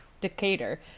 Decatur